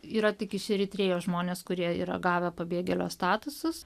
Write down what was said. yra tik iš eritrėjos žmonės kurie yra gavę pabėgėlio statusus